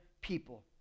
people